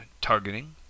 targeting